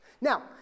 Now